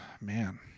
Man